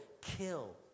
kill